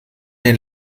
den